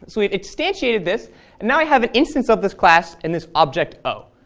we've instantiated this, and now i have an instance of this class in this object o,